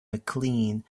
mclean